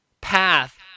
path